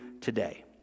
today